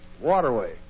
waterway